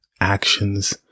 actions